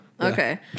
okay